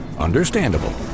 understandable